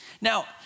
Now